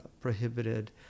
prohibited